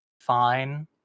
fine